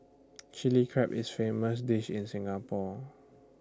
Chilli Crab is A famous dish in Singapore